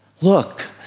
Look